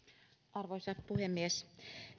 arvoisa puhemies